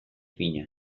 fina